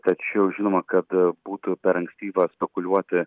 tačiau žinoma kad būtų per ankstyva spekuliuoti